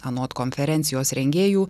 anot konferencijos rengėjų